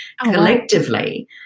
collectively